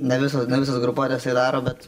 ne visos ne visos grupuotės jį daro bet